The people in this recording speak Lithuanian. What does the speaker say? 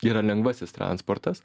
yra lengvasis transportas